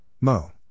Mo